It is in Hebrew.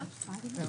זה.